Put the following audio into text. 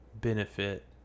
benefit